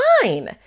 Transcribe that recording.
fine